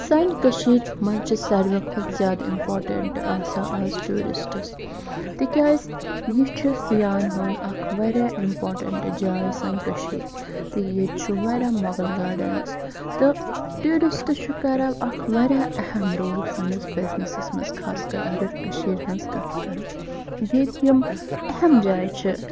سانہِ کٔشیٖرِ مَنٛز چھِ ساروِیو کھۄتہٕ زیادٕ اِمپاٹنٹ آسان آز ٹوٗرِسٹِس تِکیازِ یہِ چھُ سیاحَن ہُنٛد اکھ واریاہ اِمپاٹنٹ جاے سٲنۍ کٔشیٖر تہٕ ییٚتہِ چھُ واریاہ مۄغَل گاڈَنز تہٕ ٹوٗرِسٹ چھُ کران اکھ واریاہ اہم رول سٲنِس بِزنِسَس مَنٛز خاص کر اگر کٔشیٖرِ ہٕنٛز کَتھ کرو ییٚتہِ یِم اہم جایہِ چھِ